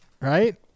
right